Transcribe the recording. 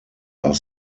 are